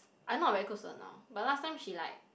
I not very close to her now but last time she like